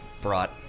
brought